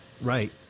right